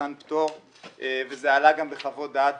למתן פטור וזה עלה גם בחוות דעת